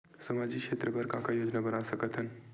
सामाजिक क्षेत्र बर का का योजना बना सकत हन?